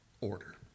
order